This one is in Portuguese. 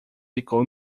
ficou